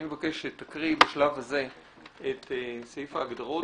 אני מבקש שתקריאי בשלב הזה את סעיף ההגדרות